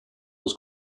was